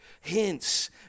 hints